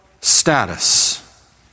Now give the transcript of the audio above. status